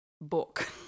book